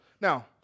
Now